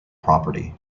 property